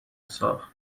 ساخت